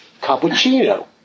cappuccino